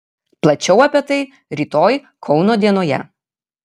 plačiau apie tai rytoj kauno dienoje